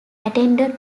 attended